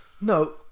No